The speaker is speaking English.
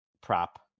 prop